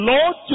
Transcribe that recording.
Lord